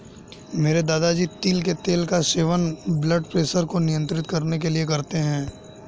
मेरे दादाजी तिल के तेल का सेवन ब्लड प्रेशर को नियंत्रित करने के लिए करते हैं